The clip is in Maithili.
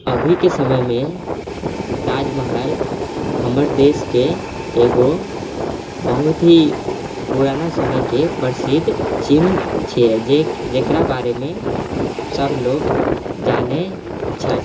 अभीके समयमे ताजमहल हमर देशके एगो बहुत ही पुराना समयके प्रसिद्ध चिन्ह छियै जे जकरा बारेमे सब लोग जानै छै